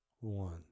one